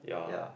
ya